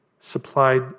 supplied